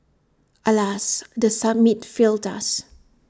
alas the summit failed us